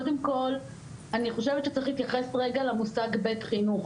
קודם כל אני חושבת שצריך להתייחס למושג בית חינוך,